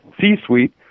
C-Suite